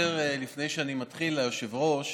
לפני שאני מתחיל, אני חייב לספר ליושב-ראש